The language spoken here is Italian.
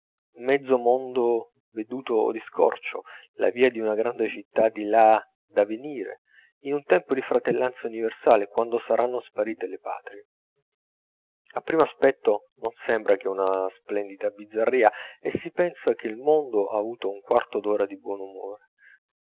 mezzo mondo veduto di scorcio la via d'una grande città di là da venire in un tempo di fratellanza universale quando saranno sparite le patrie a primo aspetto non sembra che una splendida bizzarria e si pensa che il mondo ha avuto un quarto d'ora di buon umore